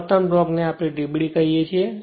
મહત્તમ ટોર્ક ને આપણે TBD કહીએ છીએ